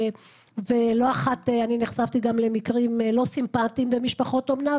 ולא אחת נחשפתי למקרים לא סימפטיים במשפחות אומנה,